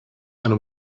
and